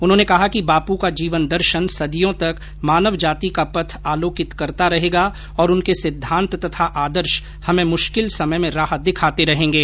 उन्होंने कहा कि बापू का जीवन दर्शन संदियों तक मानव जाति का पथ आलोकित करता रहेगा और उनके सिद्धांत तथा आदर्श हमें मुश्किल समय में राह दिखाते रहेंगे